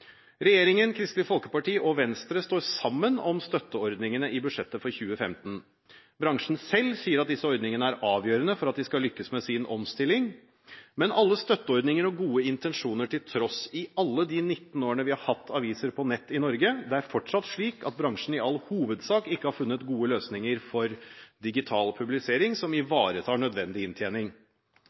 Regjeringen, Kristelig Folkeparti og Venstre står sammen om støtteordningene i budsjettet for 2015. Bransjen selv sier at disse ordningene er avgjørende for at de skal lykkes med sin omstilling. Men alle støtteordninger og gode intensjoner til tross – i alle de 19 årene vi har hatt aviser på nett i Norge – er det fortsatt slik at bransjen i all hovedsak ikke har funnet gode løsninger for digital publisering som ivaretar nødvendig inntjening.